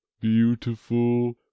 beautiful